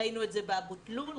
ראינו את זה באבו תלול,